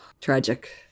Tragic